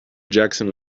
jackson